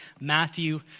Matthew